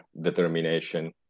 determination